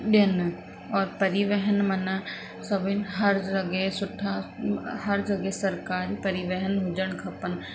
ॾियनि और परिवहन मन सभिनि हर जॻह सुठा हर जॻह सरकारी परिवहन हुजणु खपनि